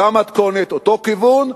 אותה מתכונת, אותו כיוון.